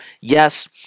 Yes